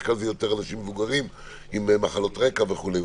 כלל זה יותר אנשים מבוגרים עם מחלות רקע וכולי.